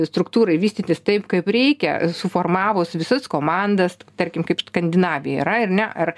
struktūrai vystytis taip kaip reikia suformavus visas komandas tarkim kaip skandinavija yra ar ne ir